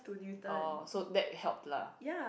oh so that helped lah